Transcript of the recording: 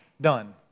Done